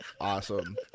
Awesome